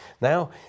Now